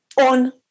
on